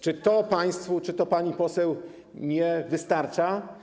Czy to państwu, czy to pani poseł nie wystarcza?